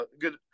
good